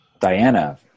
Diana